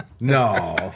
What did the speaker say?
No